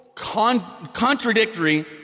contradictory